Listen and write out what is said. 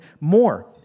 more